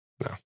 no